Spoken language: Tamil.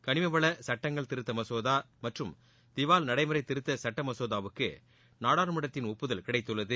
களிமவள சட்டங்கள் திருத்த மசோதா மற்றும் திவால் நடைமுறை திருத்த சட்ட மசோதாவுக்கு நாடாளுமன்றத்தின் ஒப்புதல் கிடைத்துள்ளது